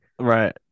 Right